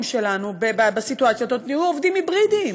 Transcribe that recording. שלנו בסיטואציות יהיו עובדים היברידיים,